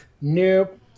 Nope